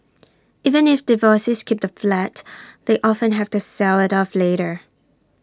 even if divorcees keep the flat they often have to sell IT off later